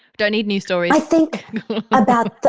don't need new stories i think about the,